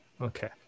Okay